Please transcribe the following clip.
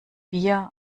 wir